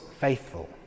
faithful